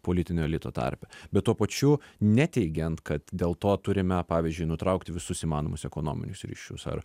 politinio elito tarpe bet tuo pačiu neteigiant kad dėl to turime pavyzdžiui nutraukti visus įmanomus ekonominius ryšius ar